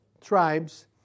tribes